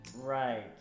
Right